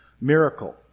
miracle